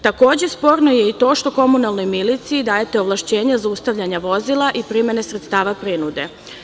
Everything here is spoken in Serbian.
Takođe, sporno je i to što komunalnoj miliciji dajete ovlašćenja zaustavljanja vozila i primenu sredstava prinude.